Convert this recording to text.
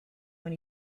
when